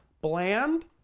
bland